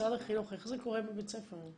משרד החינוך, איך זה קורה בבית ספר?